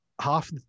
half